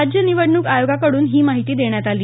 राज्य निवडणूक आयोगाकडून ही माहिती देण्यात आली